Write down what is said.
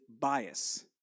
bias